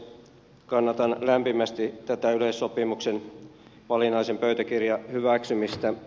kannatan lämpimästi tätä yleissopimuksen valinnaisen pöytäkirjan hyväksymistä